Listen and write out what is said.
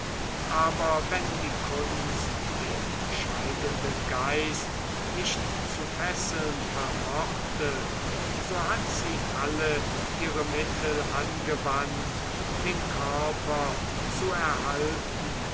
aber wenn die kunst den scheidenden geist nicht zu fesseln vermochte so hat sie alle ihre mittel angewandt den körper zu erhalten